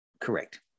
correct